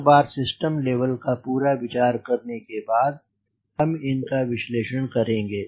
एक बार system level का पूरा विचार करने के बाद हम इनका विश्लेषण करेंगे